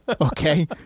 Okay